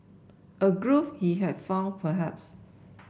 a groove he had found perhaps